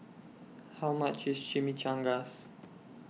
How much IS Chimichangas